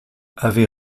avait